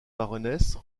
varones